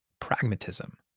pragmatism